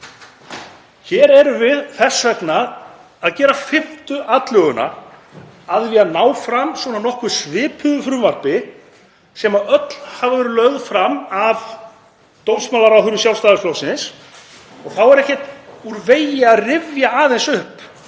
Hér erum við þess vegna að gera fimmtu atlöguna að því að ná fram nokkuð svipuðu frumvarpi sem öll hafa verið lögð fram af dómsmálaráðherrum Sjálfstæðisflokksins. Þá er ekki úr vegi að rifja aðeins upp